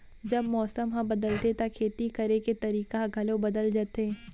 जब मौसम ह बदलथे त खेती करे के तरीका ह घलो बदल जथे?